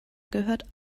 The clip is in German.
gehört